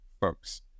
folks